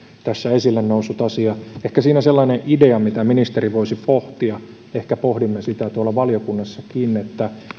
tässä esille noussut asia ehkä siihen sellainen idea mitä ministeri voisi pohtia ehkä pohdimme sitä tuolla valiokunnassakin